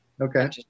Okay